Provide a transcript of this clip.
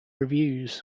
reviews